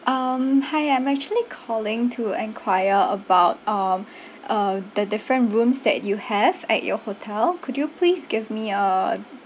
um hi I'm actually calling to enquire about um uh the different rooms that you have at your hotel could you please give me a